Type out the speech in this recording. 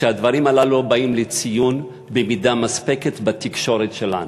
כשהדברים הללו לא באים לידי ביטוי במידה מספקת בתקשורת שלנו.